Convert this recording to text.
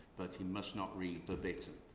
but he must not read verbatim.